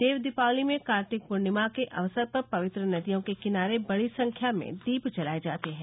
देव दीपावली में कार्तिक पूर्णिमा के अवसर पर पवित्र नदियों के किनारे बड़ी संख्या में दीप जलाये जाते हैं